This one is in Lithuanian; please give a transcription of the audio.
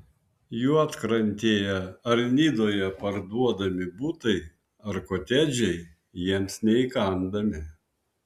juodkrantėje ar nidoje parduodami butai ar kotedžai jiems neįkandami